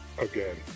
Again